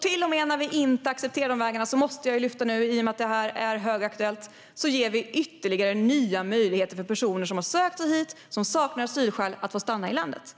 Till och med när vi inte accepterar de vägarna - jag måste lyfta detta nu i och med att det är högaktuellt - ger vi nya möjligheter för personer som har sökt sig hit och saknar asylskäl att stanna i landet.